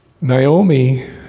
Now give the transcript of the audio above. Naomi